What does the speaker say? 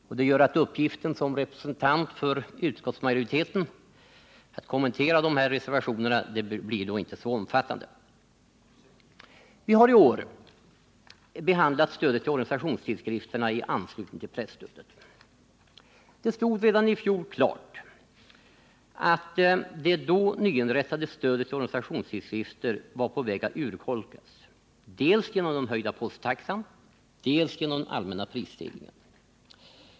Uppgiften att som representant för utskottsmajoriteten kommentera dessa reservationer blir då inte så omfattande. Utskottet har också i år behandlat stödet till organisationstidskrifterna i anslutning till presstödet. Redan i fjol stod det klart att det då nyinrättade stödet till organisationstidskrifterna var på väg att urholkas dels genom den höjda posttaxan, dels genom den allmänna prisstegringen.